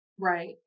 Right